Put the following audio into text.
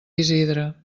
isidre